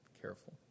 careful